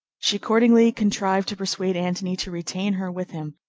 she accordingly contrived to persuade antony to retain her with him,